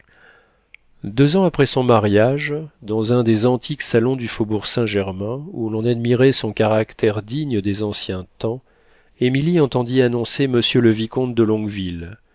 deux ans après son mariage dans un des antiques salons du faubourg saint-germain où l'on admirait son caractère digne des anciens temps émilie entendit annoncer monsieur le vicomte de